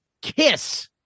kiss